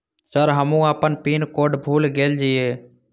Sir हमू अपना pin code भूल गेल जीये?